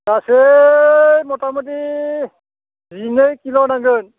गा सै मथा मथि जिनै किल' नांगोन